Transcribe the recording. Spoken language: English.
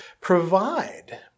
provide